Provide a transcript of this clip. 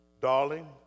Darling